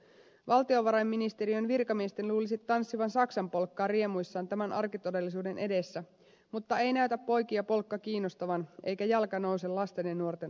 valtiovarainministeriön virkamiesten luulisi tanssivan saksanpolkkaa riemuissaan tämän arkitodellisuuden edessä mutta ei näytä poikia polkka kiinnostavan eikä jalka nouse lasten ja nuorten asialle